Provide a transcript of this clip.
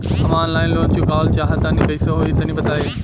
हम online loan चुकावल चाहऽ तनि कइसे होई तनि बताई?